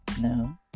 no